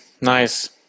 nice